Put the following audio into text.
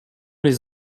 les